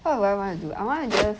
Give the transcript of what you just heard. what would I want to do I want to just